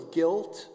guilt